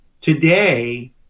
today